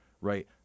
Right